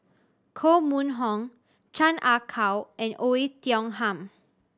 Koh Mun Hong Chan Ah Kow and Oei Tiong Ham